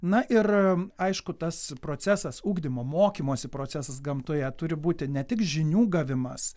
na ir aišku tas procesas ugdymo mokymosi procesas gamtoje turi būti ne tik žinių gavimas